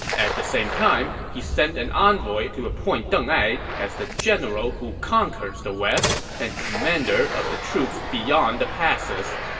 at the same time, he sent an envoy to appoint deng ai the general who conquers the west and commander of the troops beyond the passes.